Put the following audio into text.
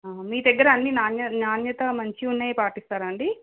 మీ దగ్గర అన్నీ నాణ్య నాణ్యత మంచి ఉన్నాయ పాటిస్తారాండి